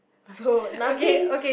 so nothing